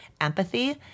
empathy